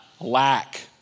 lack